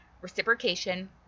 reciprocation